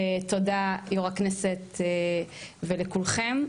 ותודה, יו"ר הכנסת, ולכולכם.